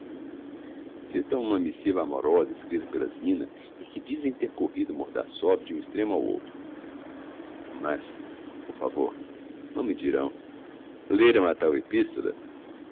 não desvaneceu citam uma missiva amorosa escrita pela zina e que dizem ter corrido mordassov de um extremo ao outro mas por favor não me dirão leram a tal epistola